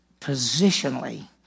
positionally